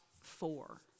four